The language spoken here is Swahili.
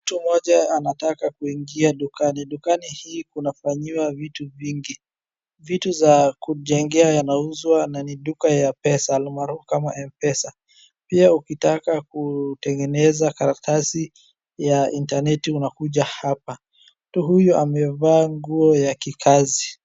Mtu Moja anataka kuingia dukani. Dukani hii kunafanyiwa vitu vingi, Vitu za kujengea inauzwa, Nani duka ya pesa alimarufu kama Mpesa. Pia ukitaka kutengeneza karatasi ya interneti unakuja hapa, Mtu huyu amevaa nguo ya kikazi.